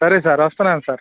సరే సార్ వస్తున్నాను సార్